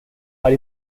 are